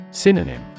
Synonym